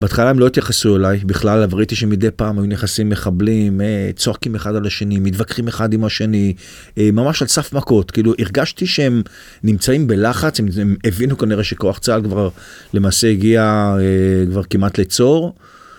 בהתחלה הם לא התייחסו אליי בכלל, אבל ראיתי שמדי פעם היו נכנסים מחבלים, צוחקים אחד על השני, מתווכחים אחד עם השני, ממש על סף מכות. כאילו הרגשתי שהם נמצאים בלחץ, הם הבינו כנראה שכוח צהל כבר למעשה הגיע כמעט לצור.